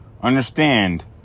Understand